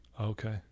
Okay